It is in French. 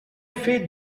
fait